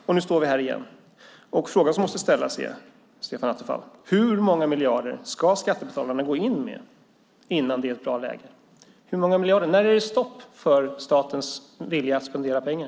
Och nu står vi här igen. Hur många miljarder ska skattebetalarna gå in med, Stefan Attefall, innan läget är bra? När är det stopp för statens vilja att spendera pengar?